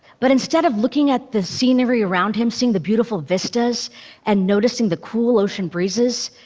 but instead of looking at the scenery around him, seeing the beautiful vistas and noticing the cool ocean breezes,